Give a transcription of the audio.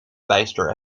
bijster